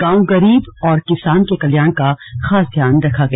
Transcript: गांव गरीब और किसान के कल्याण का खास ध्यान रखा गया